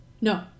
No